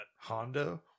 Honda